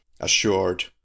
assured